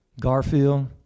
Garfield